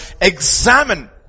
examine